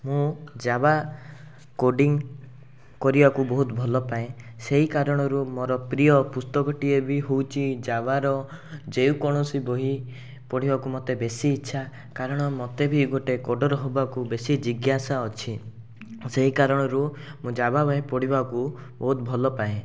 ମୁଁ Java coding କରିବାକୁ ବହୁତ ଭଲପାଏ ସେହି କାରଣରୁ ମୋର ପ୍ରିୟ ପୁସ୍ତକଟିଏ ବି ହେଉଛି ଜାଭାର ଯେକୌଣସି ବହି ପଢ଼ିବାକୁ ମୋତେ ବେଶୀ ଇଚ୍ଛା କାରଣ ମୋତେ ବି ଗୋଟେ କୋଡ଼ର ହେବାକୁ ବେଶୀ ଜିଜ୍ଞାସା ଅଛି ସେହି କାରଣରୁ ମୁଁ ଜାଭା ବହି ପଡ଼ିବାକୁ ବହୁତ ଭଲପାଏ